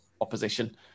opposition